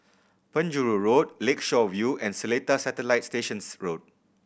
Penjuru Road Lakeshore View and Seletar Satellite Station Road